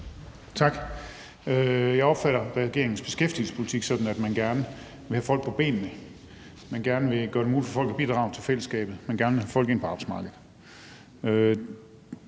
Tak. Jeg opfatter regeringens beskæftigelsespolitik sådan, at man gerne vil have folk på benene, at man gerne vil gøre det muligt for folk at bidrage til fællesskabet, at man gerne vil have folk ind på arbejdsmarkedet.